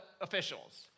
officials